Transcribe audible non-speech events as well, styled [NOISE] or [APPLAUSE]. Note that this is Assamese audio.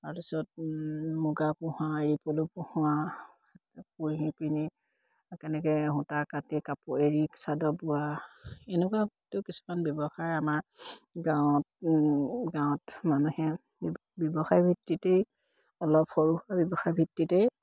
তাৰপিছত মুগা পোহা এৰি পলু পোহোৱা [UNINTELLIGIBLE] কেনেকে সূতা কাটি কাপোৰ এৰী চাদৰ বোৱা এনেকুৱা কিছুমান ব্যৱসায় আমাৰ গাঁৱত গাঁৱত মানুহে ব্যৱসায় ভিত্তিতেই অলপ সৰু সুৰা ব্যৱসায় ভিত্তিতেই